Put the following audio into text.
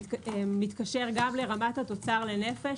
מתקשר גם לרמת התוצר לנפש.